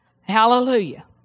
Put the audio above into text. Hallelujah